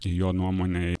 jo nuomonė